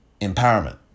empowerment